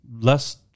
less